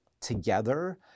together